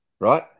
right